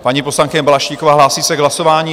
Paní poslankyně Balaštíková hlásí se k hlasování?